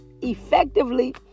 effectively